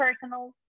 personal